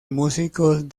músicos